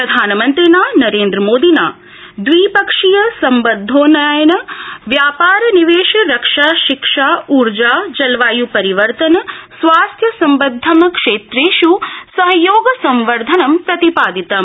प्रधानमंत्रिणा नरेन्द्रमोदिना द्विपक्षीय संबंधोन्नयनाय व्यापार निवेश रक्षा शिक्षा ऊर्जा जलवाय्परिवर्तन स्वास्थ्य सम्बद्धक्षेत्रेष् सहयोग संवर्धनं प्रतिपादितम्